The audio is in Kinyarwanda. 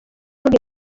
ivuga